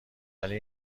ولی